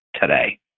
today